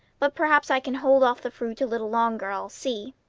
but perhaps i can hold off the fruit a little longer i'll see.